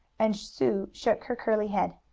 and sue shook her curly head.